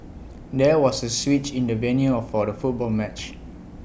there was A switch in the venue for the football match